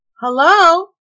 Hello